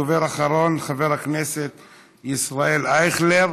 דובר אחרון, חבר הכנסת ישראל אייכלר,